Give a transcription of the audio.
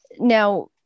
Now